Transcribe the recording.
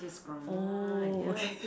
oh okay